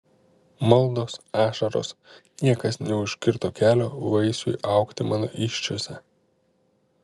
maldos ašaros niekas neužkirto kelio vaisiui augti mano įsčiose